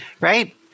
Right